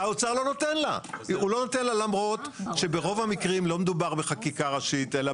האוצר לא נותן לה למרות שברוב המקרים לא מדובר בחקיקה ראשית אלא